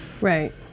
right